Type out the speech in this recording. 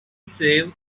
save